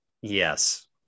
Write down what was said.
yes